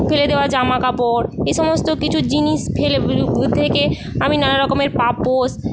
ফেলে দেওয়া জামাকাপড় এ সমস্ত কিছু জিনিস ফেলে থেকে আমি নানারকমের পাপোস